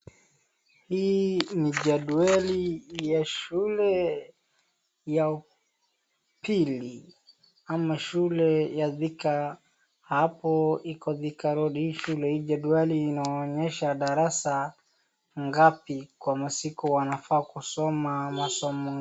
Hii ni jadwali ya shule ya pili ama shule ya thika hapo iko thika road , hii shule hii jedwali inaonyesha darasa ngapi kwa masiku wanafaa kusoma masomo.